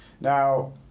Now